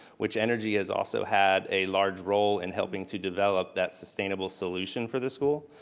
which energy has also had a large role in helping to develop that sustainable solution for the school.